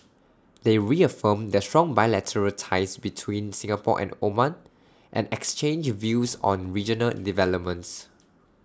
they reaffirmed the strong bilateral ties between Singapore and Oman and exchanged views on regional developments